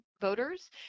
voters